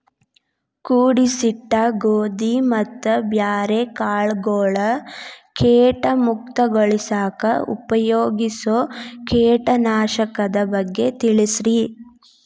ಕೂಡಿಸಿಟ್ಟ ಗೋಧಿ ಮತ್ತ ಬ್ಯಾರೆ ಕಾಳಗೊಳ್ ಕೇಟ ಮುಕ್ತಗೋಳಿಸಾಕ್ ಉಪಯೋಗಿಸೋ ಕೇಟನಾಶಕದ ಬಗ್ಗೆ ತಿಳಸ್ರಿ